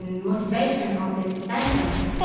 motivation of this sentence,